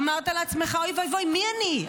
אמרת לעצמך, אוי ואבוי, מי אני?